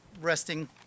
resting